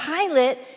Pilate